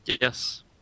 Yes